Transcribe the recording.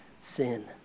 sin